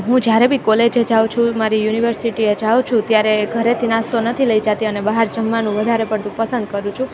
હું જ્યારે બી કોલેજે જાઉ છું મારી યુનિવર્સિટીએ જાઉ છું ત્યારે ઘરેથી નાસ્તો નથી લઈ જાતિ અને બહાર જમવાનું વધારે પડતું પસંદ કરું છું